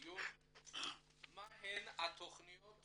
מהן תכניות